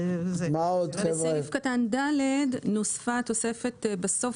בסעיף קטן (ד) נוספה התוספת הבאה: